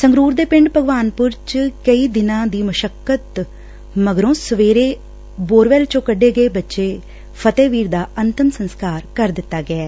ਸੰਗਰੂਰ ਦੇ ਪਿੰਡ ਭਗਵਾਨਪੁਰ ਚ ਕਈ ਦਿਨਾ ਦੀ ਮਸੱਕਤ ਮਗਰੋ ਸਵੇਰੇ ਬੋਰਵੈੱਲ ਚੋ ਕੱਢੇ ਗਏ ਬੱਚੇ ਫਤਿਹਵੀਰ ਦਾ ਅੰਤਮ ਸੰਸਕਾਰ ਕਰ ਦਿੱਤਾ ਗਿਐ